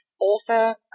author